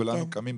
כולנו קמים,